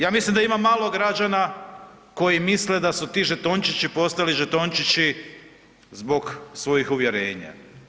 Ja mislim da ima malo građana koji misle da su ti žetončići postali žetončići zbog svojih uvjerenja.